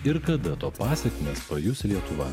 ir kada to pasekmes pajus lietuva